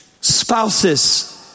Spouses